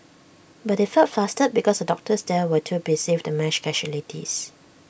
but they felt flustered because the doctors there were too busy with the mass casualties